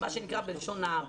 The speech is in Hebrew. מה שנקרא בלשון העם.